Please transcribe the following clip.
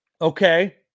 Okay